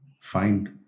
find